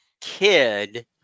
kid